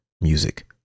music